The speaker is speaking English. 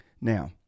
Now